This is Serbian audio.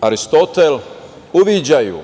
Aristotel uviđaju